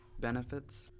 Benefits